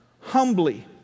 humbly